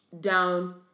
down